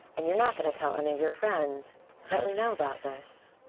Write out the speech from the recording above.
and you're not going to tell any of your friends that we know about this,